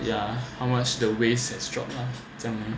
yeah how much the waste has dropped lah 这样 lor